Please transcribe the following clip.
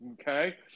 okay